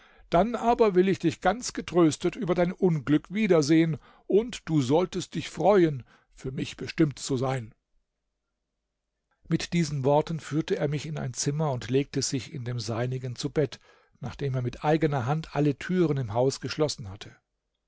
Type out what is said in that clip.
dann aber will ich dich ganz getröstet über dein unglück wiedersehen und du solltest dich freuen für mich bestimmt zu sein mit diesen worten führte er mich in ein zimmer und legte sich in dem seinigen zu bett nachdem er mit eigener hand alle türen im haus geschlossen hatte